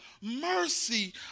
mercy